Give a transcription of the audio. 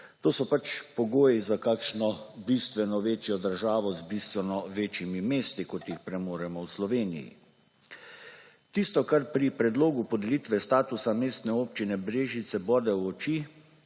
To so pač pogoji za kakšno bistveno večjo državo z bistveno večjimi mesti, kot jih premoremo v Sloveniji. Tisto, kar pri predlogu podelitve statusa Mestne občine Brežice bode v oči